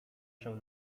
się